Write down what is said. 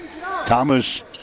Thomas